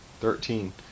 Thirteen